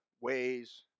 ways